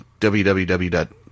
www